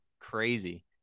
Crazy